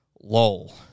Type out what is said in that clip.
Lol